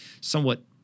somewhat